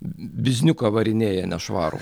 bizniuką varinėja nešvarų